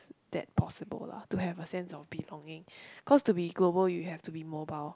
that possible lah to have a sense of belonging cause to be global you have to be mobile